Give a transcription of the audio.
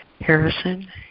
Harrison